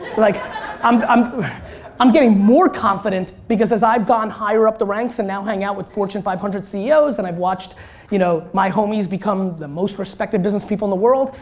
like um um i'm getting more confident because as i've gone higher up the ranks and now hang out with fortune five hundred ceos and i've watched you know my homies become the most respected business people in the world,